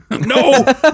No